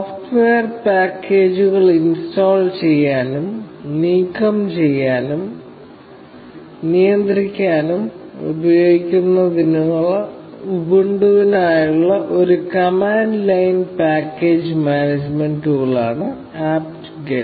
software പാക്കേജുകൾ install ചെയ്യാനും നീക്കം ചെയ്യാനും നിയന്ത്രിക്കാനും ഉപയോഗിക്കുന്ന ഉബുണ്ടുവിനായുള്ള ഒരു കമാൻഡ് ലൈൻ പാക്കേജ് മാനേജ്മെന്റ് ടൂളാണ് apt get